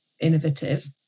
innovative